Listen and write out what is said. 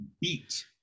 beat